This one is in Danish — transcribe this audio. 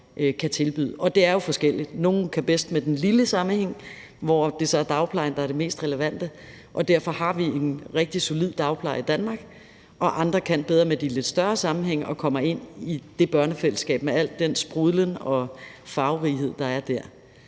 kan tilbyde, og det er jo forskelligt. Nogle kan bedst med den lille sammenhæng, hvor det så er dagplejen, der er det mest relevante, og derfor har vi en rigtig solid dagpleje i Danmark, og andre kan bedre med de lidt større sammenhænge og kommer ind i det børnefællesskab med al den sprudlen og farverighed, der er der.